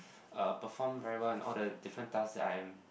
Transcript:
uh perform very well in all the different tasks that I am